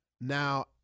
Now